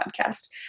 podcast